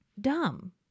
Dumb